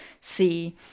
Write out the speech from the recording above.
see